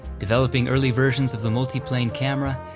developing early versions of the multiplane camera,